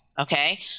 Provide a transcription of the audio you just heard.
Okay